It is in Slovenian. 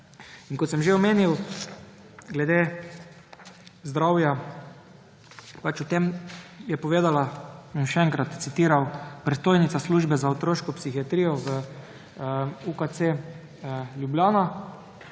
In kot sem že omenil, glede zdravja. O tem je povedala, bom še enkrat citiral, predstojnica Službe za otroško psihiatrijo v UKC Ljubljana,